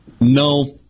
No